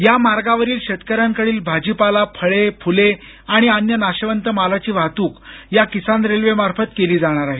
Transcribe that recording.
या मार्गावरील शेतक यांकडील भाजीपाला फळे फुले आणि अन्य नाशवंत मालाची वाहतूक या किसान रेल्वेमार्फत केली जाणार आहे